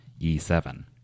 e7